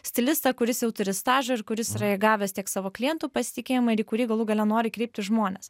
stilistą kuris jau turi stažą ir kuris yra įgavęs tiek savo klientų pasitikėjimą į kurį galų gale nori kreiptis žmonės